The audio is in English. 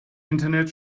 internet